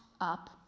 up